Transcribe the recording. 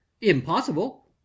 Impossible